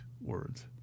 words